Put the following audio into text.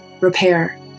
repair